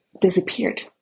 disappeared